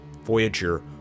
Voyager